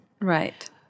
Right